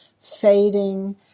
fading